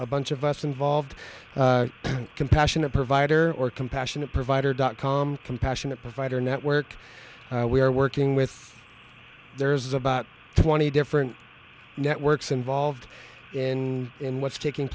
a bunch of us involved compassionate provider or compassionate provider dot com compassionate provider network we're working with there's about twenty different networks involved in in what's taking